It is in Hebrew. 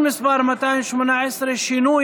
בקריאה ראשונה וחוזרת להמשך דיון בוועדת